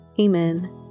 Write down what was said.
amen